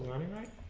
anyway?